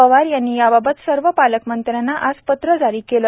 पवार यांनी याबाबत सर्व पालकमंत्र्यांना आज पत्रं जारी केली